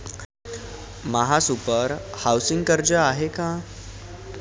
महासुपर हाउसिंग कर्ज आहे का?